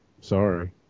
Sorry